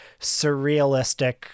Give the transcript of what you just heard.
surrealistic